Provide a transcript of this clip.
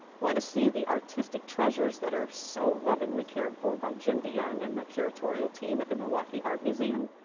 wanna see the artistic treasures that are so lovingly cared for by jim deyoung and the curatorial team at the milwaukee art museum?